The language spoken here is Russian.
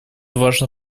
важно